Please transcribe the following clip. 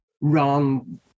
wrong